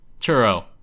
Churro